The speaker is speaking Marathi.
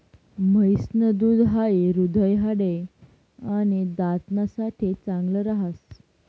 म्हैस न दूध हाई हृदय, हाडे, आणि दात ना साठे चांगल राहस